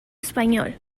español